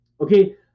Okay